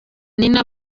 nina